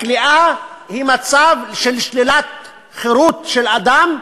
הכליאה היא מצב של שלילת חירות של אדם,